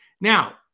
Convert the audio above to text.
now